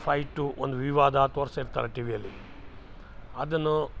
fight ಒಂದು ವಿವಾದ ತೋರಿಸಿರ್ತಾರೆ ಟಿ ವಿಯಲ್ಲಿ ಅದನ್ನು